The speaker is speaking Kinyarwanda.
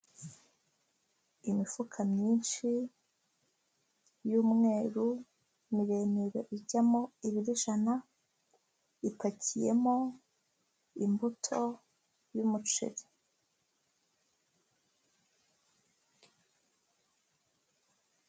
Imifuka myinshi y'umweru miremire ijyamo ibiro ijana, ipakiyemo imbuto y'umuceri.